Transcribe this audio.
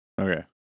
Okay